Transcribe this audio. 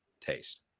taste